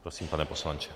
Prosím, pane poslanče.